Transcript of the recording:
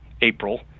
April